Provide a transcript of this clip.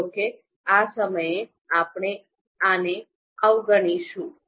જો કે આ સમયે આપણે આને અવગણીશું